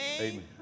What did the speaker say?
Amen